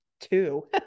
two